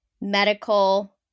medical